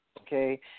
okay